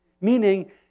Meaning